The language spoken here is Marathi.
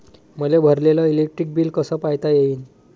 मले भरलेल इलेक्ट्रिक बिल कस पायता येईन?